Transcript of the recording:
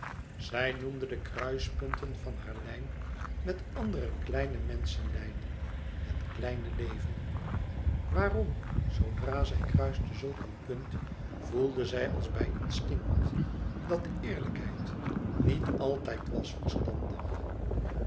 zij noemde de kruispunten van haar lijn met andere kleine menschen lijnen het kleine leven waarom zoodra zij kruiste zulk een punt voelde zij als bij instinct dat eerlijkheid niet altijd was verstandig